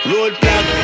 Roadblock